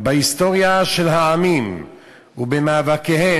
בהיסטוריה של העמים ובמאבקיהם,